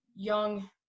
young